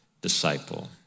disciple